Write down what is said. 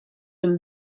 and